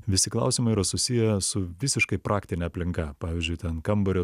visi klausimai yra susiję su visiškai praktine aplinka pavyzdžiui ten kambario